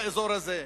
באזור הזה.